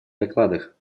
докладах